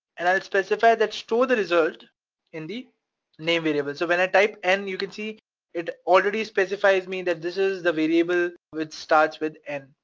and i'll specify that store the result in the name variable. so when i type n you can see it already specifies me that this is the variable which starts with n,